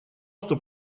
что